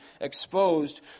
exposed